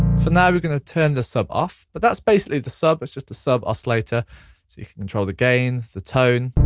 for now we're gonna turn the sub off. but that's basically the sub, it's just a sub oscillator, so you can control the gain, the tone,